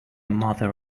mother